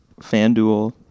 FanDuel